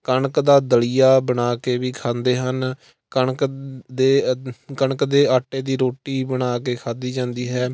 ਕਣਕ ਦਾ ਦਲੀਆ ਬਣਾ ਕੇ ਵੀ ਖਾਂਦੇ ਹਨ ਕਣਕ ਦੇ ਕਣਕ ਦੇ ਆਟੇ ਦੀ ਰੋਟੀ ਬਣਾ ਕੇ ਖਾਧੀ ਜਾਂਦੀ ਹੈ